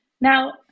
Now